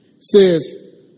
says